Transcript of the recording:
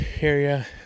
area